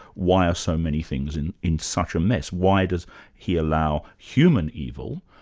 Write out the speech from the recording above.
why are so many things in in such a mess? why does he allow human evil?